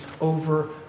over